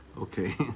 okay